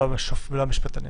לא המשפטנים.